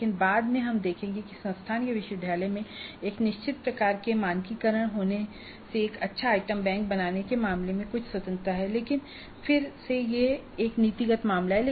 लेकिन बाद में हम देखेंगे कि संस्थान या विश्वविद्यालय में एक निश्चित प्रकार के मानकीकरण होने से एक अच्छा आइटम बैंक बनाने के मामले में कुछ स्वतंत्रता है लेकिन फिर से यह एक नीतिगत मामला है